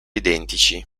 identici